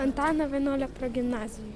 antano vienuolio progimnazijoj